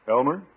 Elmer